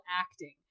acting